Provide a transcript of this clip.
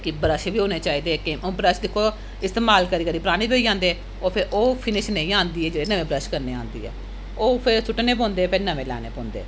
कि ब्रश बी होने चाहिदे कि हून ब्रश दिक्खो इस्तेमाल करी करी पराने ही होई जांदे ओह् फिर ओह् फिनिश नेईं औंदी जेह्ड़ी नमें ब्रश कन्नै औंदी ऐ ओह् फिर सु'ट्टने पौंदे फिर नमें लैने पौंदे